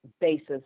basis